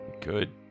Good